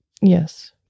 Yes